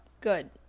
good